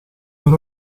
per